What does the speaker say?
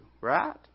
right